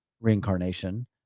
reincarnation